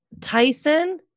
tyson